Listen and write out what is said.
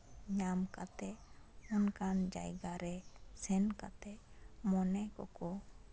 ᱧᱟᱢ ᱠᱟᱛᱮᱜ ᱚᱱᱠᱟᱱ ᱡᱟᱭᱜᱟ ᱨᱮ ᱥᱮᱱ ᱠᱟᱛᱮᱜ ᱢᱚᱱᱮ ᱠᱚᱠᱚ